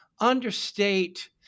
understate